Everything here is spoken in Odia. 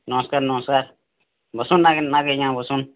ନମସ୍କାର୍ ନମସ୍କାର୍ ବସୁନ୍ ଆଜ୍ଞା ବସୁନ୍